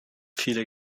vieler